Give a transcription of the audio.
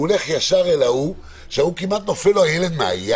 הוא הולך ישר אל ההוא, כשהילד כמעט נופל לו מהיד.